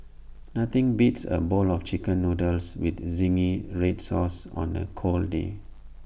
nothing beats A bowl of Chicken Noodles with Zingy Red Sauce on A cold day